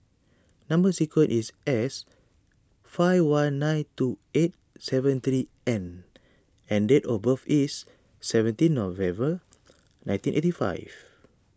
Number Sequence is S five one nine two eight seven three N and date of birth is seventeen November nineteen eighty five